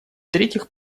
третьих